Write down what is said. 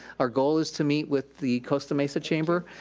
our goal is to meet with the costa mesa chamber,